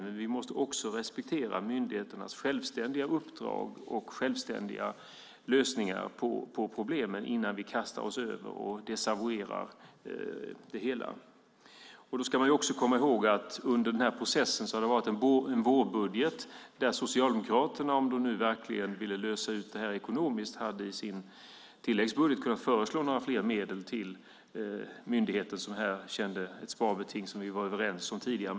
Men vi måste också respektera myndigheternas självständiga uppdrag och lösningar på problemen innan vi kastar oss över och desavouerar det hela. Man ska också komma ihåg att det under denna process har varit en vårbudget där Socialdemokraterna, om de nu verkligen ville lösa ut detta ekonomiskt, i sin tilläggsbudget hade kunna föreslå mer medel till myndigheten. Den kände ju här av ett sparbeting som vi var överens om tidigare.